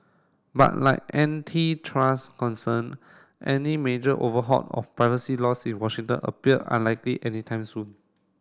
but like antitrust concern any major overhaul of privacy laws in Washington appeared unlikely anytime soon